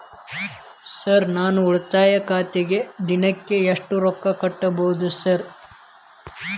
Sir ನಾನು ಉಳಿತಾಯ ಖಾತೆಗೆ ದಿನಕ್ಕ ಎಷ್ಟು ರೊಕ್ಕಾ ಕಟ್ಟುಬಹುದು ಸರ್?